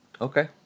Okay